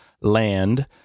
land